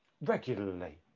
regularly